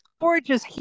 gorgeous